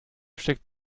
steckt